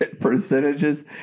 percentages